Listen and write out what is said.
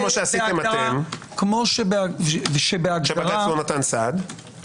כמו שעשיתם אתם כשבג"ץ לא נתן סעד.